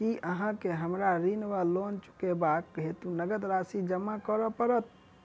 की अहाँ केँ हमरा ऋण वा लोन चुकेबाक हेतु नगद राशि जमा करऽ पड़त?